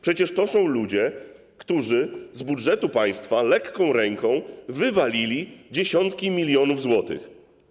Przecież to są ludzie, którzy z budżetu państwa lekką ręką wywalili dziesiątki milionów złotych.